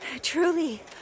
Truly